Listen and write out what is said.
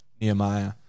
nehemiah